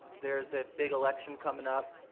there's a big election coming up